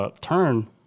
turn